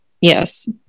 Yes